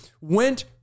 Went